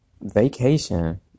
vacation